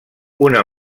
una